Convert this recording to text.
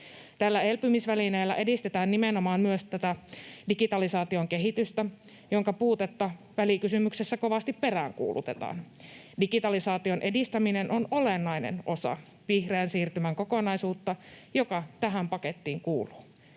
Tällä elpymisvälineellä edistetään nimenomaan myös digitalisaation kehitystä, jonka puutetta välikysymyksessä kovasti peräänkuulutetaan. Digitalisaation edistäminen on olennainen osa vihreän siirtymän kokonaisuutta, joka tähän pakettiin kuuluu.